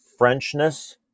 Frenchness